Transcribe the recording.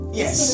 yes